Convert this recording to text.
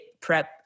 Prep